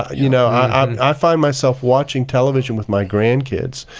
you know. i find myself watching television with my grandkids,